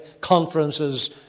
conferences